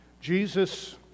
Jesus